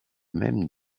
même